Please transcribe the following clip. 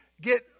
get